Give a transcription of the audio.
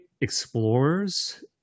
explorers